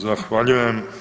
Zahvaljujem.